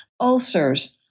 ulcers